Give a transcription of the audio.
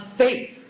faith